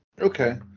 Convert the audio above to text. Okay